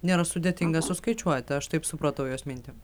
nėra sudėtinga suskaičiuoti aš taip supratau jos mintį